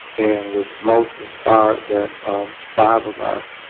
and was most inspiring that five of our,